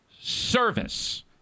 service